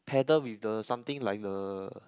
paddle with the something like a